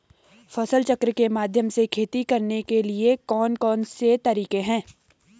फसल चक्र के माध्यम से खेती करने के लिए कौन कौन से तरीके हैं?